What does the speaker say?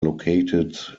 located